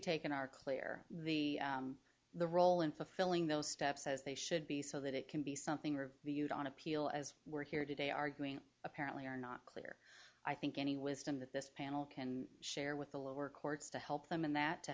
taken are clear the the role in fulfilling those steps as they should be so that it can be something or the used on appeal as we're here today arguing apparently or not clear i think any wisdom that this panel can share with the lower courts to help them in that to